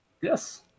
Yes